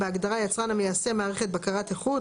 בהגדרה "יצרן המיישם מערכת בקרת איכות",